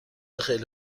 خیلی